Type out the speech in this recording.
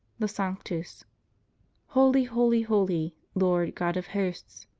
the sanctus holy, holy, holy lord, god of hosts.